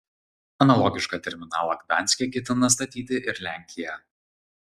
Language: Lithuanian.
analogišką terminalą gdanske ketina statyti ir lenkija